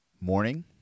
morning